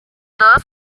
dos